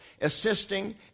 assisting